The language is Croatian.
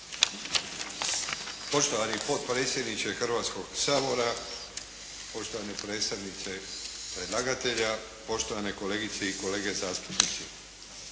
Poštovani potpredsjedniče Hrvatskog sabora, poštovani predstavnici predlagatelja, poštovane kolegice i kolege zastupnici!